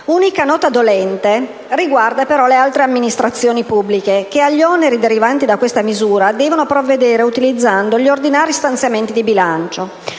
L'unica nota dolente riguarda le altre amministrazioni pubbliche, che agli oneri derivanti da questa misura devono provvedere utilizzando gli ordinari stanziamenti di bilancio,